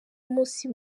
umunsi